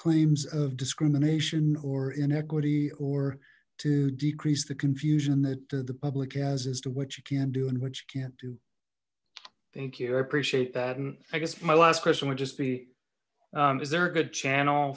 claims of discrimination or inequity or to decrease the confusion that the public has as to what you can do and what you can't do thank you i appreciate that and i guess my last question would just be is there a good channel